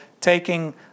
taking